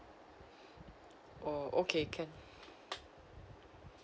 oh okay can